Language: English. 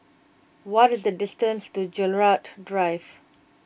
what is the distance to Gerald Drive